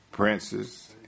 princes